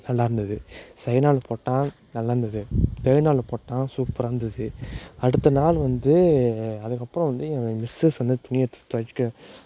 நல்லாயிருந்தது செக்கெண்ட் நாள் போட்டான் நல்லாயிருந்தது தேர்ட் நாள் போட்டான் சூப்பராக இருந்தது அடுத்த நாள் வந்து அதுக்கப்புறம் வந்து என் மிஸ்ஸஸ் வந்து துணி எடுத்து துவைக்க